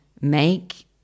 make